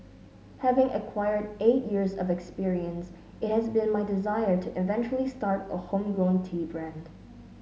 having acquired eight years of experience it has been my desire to eventually start a homegrown tea brand